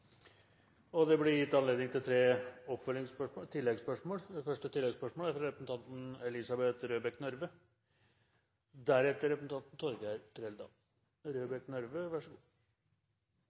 og det blir gitt anledning til det. Første oppfølgingsspørsmål er fra representanten